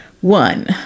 One